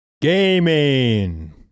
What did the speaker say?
Gaming